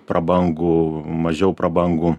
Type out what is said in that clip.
prabangų mažiau prabangų